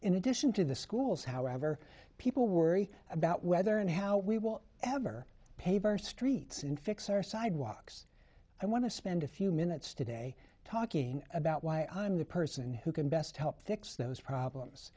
in addition to the schools however people worry about whether and how we will ever pay for our streets infix our sidewalks i want to spend a few minutes today talking about why i'm the person who can best help fix those problems